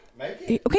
Okay